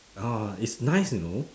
ah it's nice you know